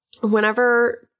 whenever